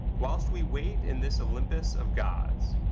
whilst we wait in this olympus of gods,